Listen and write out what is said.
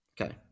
Okay